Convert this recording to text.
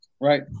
right